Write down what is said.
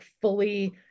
fully